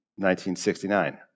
1969